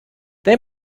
they